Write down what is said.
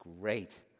great